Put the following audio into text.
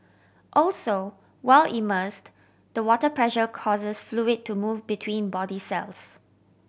also while immersed the water pressure causes fluid to move between body cells